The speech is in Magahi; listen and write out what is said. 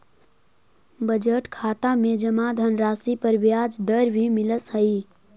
बजट खाता में जमा धनराशि पर ब्याज दर भी मिलऽ हइ